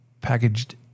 Packaged